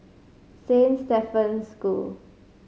Saint Stephen's School